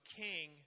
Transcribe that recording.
king